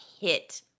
hit